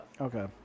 Okay